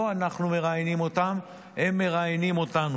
לא אנחנו מראיינים אותם, הם מראיינים אותנו.